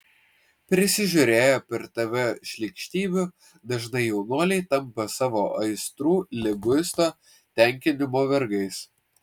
prisižiūrėję per tv šlykštybių dažnai jaunuoliai tampa savo aistrų liguisto tenkinimo vergais